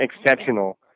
exceptional